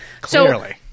Clearly